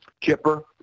Kipper